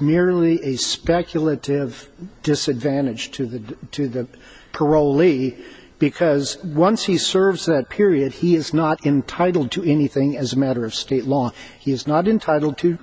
merely a speculative disadvantage to the to the parolee because once he serves that period he is not entitled to anything as a matter of state law he is not entitle to